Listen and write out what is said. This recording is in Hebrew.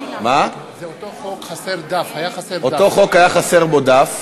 זה אותו חוק, היה חסר בו דף.